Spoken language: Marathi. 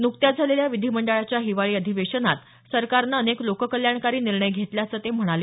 नुकत्याच झालेल्या विधीमंडळाच्या हिवाळी अधिवेशनात सरकारनं अनेक लोककल्याणकारी निर्णय घेतल्याचं ते म्हणाले